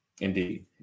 Indeed